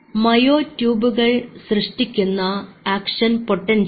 മയോ ട്യൂബുകൾ സൃഷ്ടിക്കുന്ന action potential